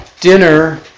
dinner